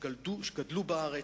שגדלו בארץ.